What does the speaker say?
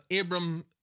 Abram